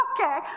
okay